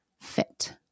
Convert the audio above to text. fit